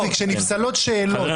כשנפסלות התוצאות --- חברים,